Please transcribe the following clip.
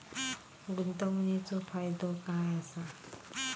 गुंतवणीचो फायदो काय असा?